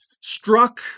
struck